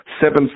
Seven